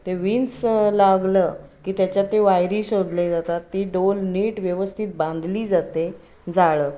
ते विन्स लागलं की त्याच्यात ती वायरी शोधले जातात ती डोल नीट व्यवस्थित बांधली जाते जाळं